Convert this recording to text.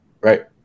Right